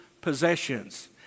possessions